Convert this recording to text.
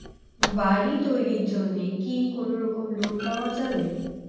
বাড়ি তৈরির জন্যে কি কোনোরকম লোন পাওয়া যাবে?